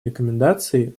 рекомендации